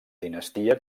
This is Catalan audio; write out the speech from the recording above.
dinastia